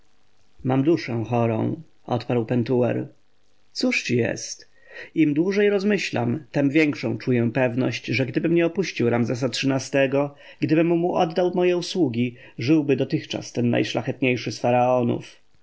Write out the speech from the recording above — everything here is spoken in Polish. mam duszę chorą odparł pentuer cóż ci jest im dłużej rozmyślam tem większą czuję pewność że gdybym nie opuścił ramzesa xiii-go gdybym mu oddał moje usługi żyłby dotychczas ten najszlachetniejszy z faraonów